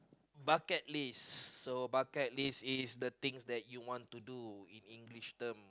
bucket list so bucket list is the things that you want to do in English term